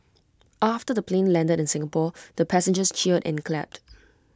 after the plane landed in Singapore the passengers cheered and clapped